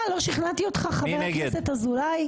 מה, לא שכנעתי אותך, חבר הכנסת אזולאי?